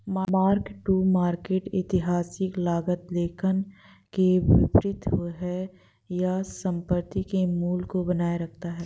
mark to market ऐतिहासिक लागत लेखांकन के विपरीत है यह संपत्ति के मूल्य को बनाए रखता है